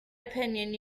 opinion